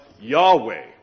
Yahweh